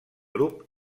grup